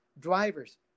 drivers